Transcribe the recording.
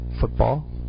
football